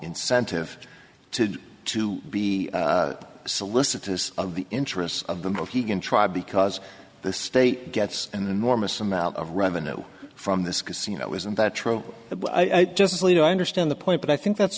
incentive to to be solicitous of the interests of the mohican tribe because the state gets an enormous amount of revenue from this casino isn't that true justice alito i understand the point but i think that's